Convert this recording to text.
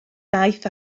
daeth